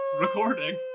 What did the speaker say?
recording